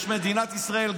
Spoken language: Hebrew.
יש מדינת ישראל.